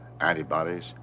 antibodies